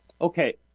okay